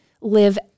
live